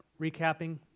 recapping